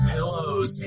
Pillows